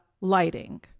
lighting